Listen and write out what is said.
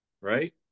right